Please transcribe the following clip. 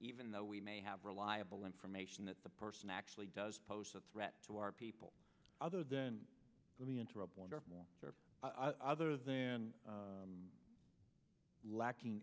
even though we may have reliable information that the person actually does pose a threat to our people other than let me interrupt wonderful other than lacking